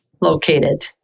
located